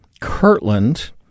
Kirtland